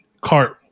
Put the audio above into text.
cart